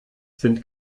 sind